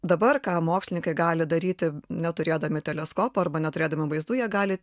dabar ką mokslininkai gali daryti neturėdami teleskopo arba neturėdami vaizdų jie gali